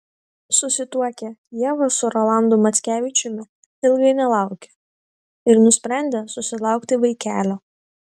susituokę ieva su rolandu mackevičiumi ilgai nelaukė ir nusprendė susilaukti vaikelio